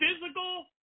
physical